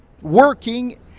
working